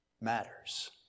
matters